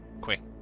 Quick